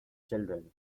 children